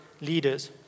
leaders